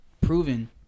proven